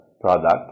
product